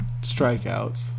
Strikeouts